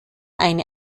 eine